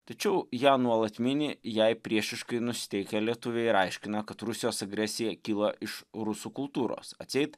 tačiau ją nuolat mini jai priešiškai nusiteikę lietuviai ir aiškina kad rusijos agresija kilo iš rusų kultūros atseit